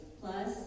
plus